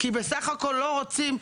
כי בסך הכול לא רוצים.